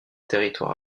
territoire